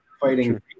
fighting